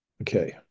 Okay